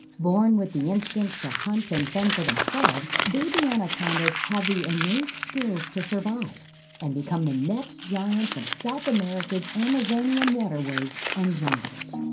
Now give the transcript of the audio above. born with the instincts to hunt and fend for themselves, baby anacondas have the innate skills to survive and become the next giants of south america's amazonian waterways and jungles.